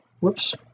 whoops